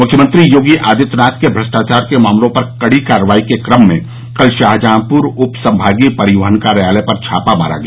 मुख्यमंत्री योगी आदित्यनाथ के भ्रष्टाचार के मामलों पर कड़ी कार्रवाई के क्रम में कल शाहजहांपुर उप संभागीय परिवहन कार्यालय पर छापा मारा गया